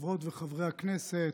חברות וחברי הכנסת,